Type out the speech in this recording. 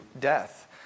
death